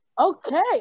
okay